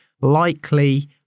likely